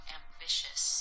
ambitious